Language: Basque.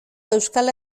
euskal